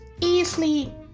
easily